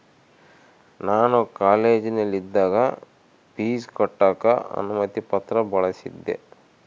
ನಾನು ಕಾಲೇಜಿನಗಿದ್ದಾಗ ಪೀಜ್ ಕಟ್ಟಕ ಅನುಮತಿ ಪತ್ರ ಬಳಿಸಿದ್ದೆ